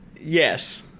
Yes